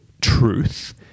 truth